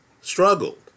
struggled